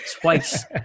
twice